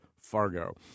Fargo